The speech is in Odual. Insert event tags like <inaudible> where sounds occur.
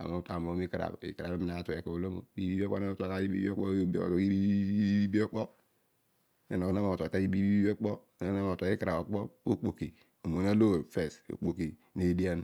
Ana utuagba mooy nukarabh. ikarabh la ami utuagha eko oolo na <unintelligible> nenogho zina mo teiy iibi okpo. inogho dia mo otuay ikarabh okpo. omoon aloor first no okpoki nedian